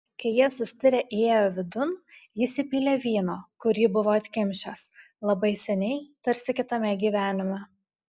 kai jie sustirę įėjo vidun jis įpylė vyno kurį buvo atkimšęs labai seniai tarsi kitame gyvenime